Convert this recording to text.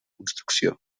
construcció